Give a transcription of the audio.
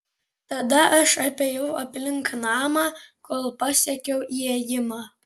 tada aš apėjau aplink namą kol pasiekiau įėjimą